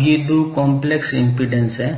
अब ये दो काम्प्लेक्स एम्पीडेन्स हैं